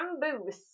bamboos